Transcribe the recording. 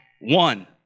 One